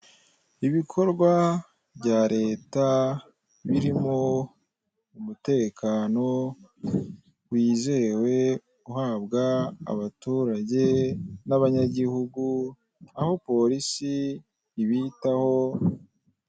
Ibikorwa bya leta birimo umutekano wizewe uhabwa abaturage n'abanyagihugu aho polisi ibitaho.